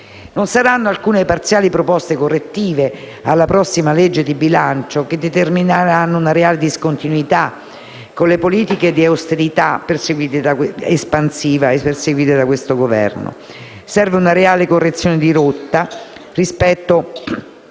Non saranno alcune parziali proposte correttive alla prossima legge di bilancio che determineranno una reale discontinuità con le politiche di austerità espansiva perseguite da questo Governo. Serve una reale correzione di rotta rispetto